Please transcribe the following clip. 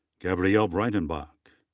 gabrielle breitenbach.